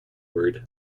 word